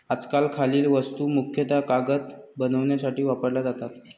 आजकाल खालील वस्तू मुख्यतः कागद बनवण्यासाठी वापरल्या जातात